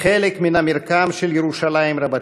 חלק מהמרקם של ירושלים רבתי.